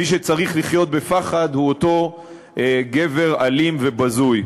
מי שצריך לחיות בפחד הוא אותו גבר אלים ובזוי.